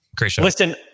Listen